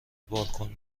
بالکن